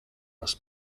raz